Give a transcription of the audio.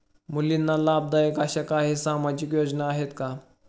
मुलींना लाभदायक अशा काही सामाजिक योजना आहेत का?